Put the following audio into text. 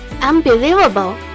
unbelievable